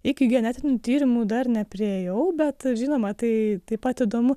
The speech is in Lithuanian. iki genetinių tyrimų dar nepriėjau bet žinoma tai taip pat įdomu